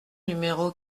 numéro